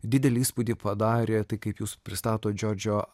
didelį įspūdį padarė tai kaip jūs pristatot džordžo